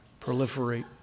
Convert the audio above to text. proliferate